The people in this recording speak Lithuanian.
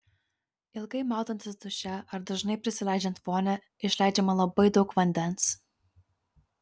ilgai maudantis duše ar dažnai prisileidžiant vonią išleidžiama labai daug vandens